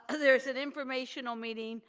ah there's an informational meeting,